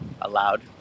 allowed